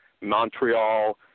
Montreal